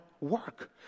work